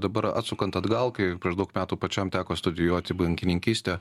dabar atsukant atgal kai prieš daug metų pačiam teko studijuoti bankininkystę